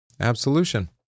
absolution